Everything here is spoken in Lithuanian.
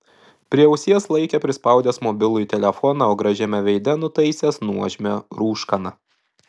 prie ausies laikė prispaudęs mobilųjį telefoną o gražiame veide nutaisęs nuožmią rūškaną